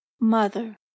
mother